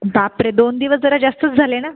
बापरे दोन दिवस जरा जास्तच झाले ना